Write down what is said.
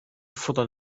futtern